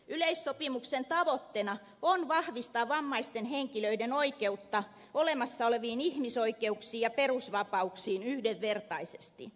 yleissopimuksen tavoitteena on vahvistaa vammaisten henkilöiden oikeutta olemassa oleviin ihmisoikeuksiin ja perusvapauksiin yhdenvertaisesti